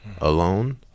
alone